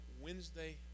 Wednesday